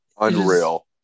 Unreal